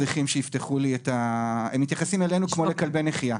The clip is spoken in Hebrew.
אני אעשה את ההשוואה הכי פשוטה.